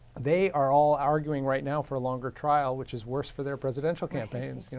they are all arguing right now for longer trials which is worse for their presidential campaign. you know.